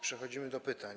Przechodzimy do pytań.